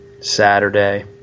Saturday